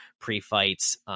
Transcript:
pre-fights